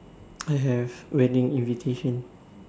I have wedding invitation